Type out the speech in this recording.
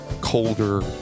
colder